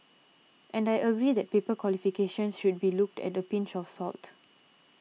and I agree that paper qualifications should be looked at a pinch of salt